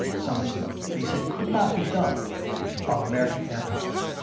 something they said could not be done of american airpower.